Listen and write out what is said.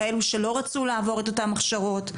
כאלה שלא רצו לעבור את אותן הכשרות.